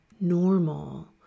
normal